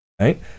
Right